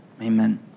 amen